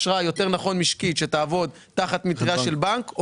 אנחנו נדון עכשיו בהצעת תקנות הבנקאות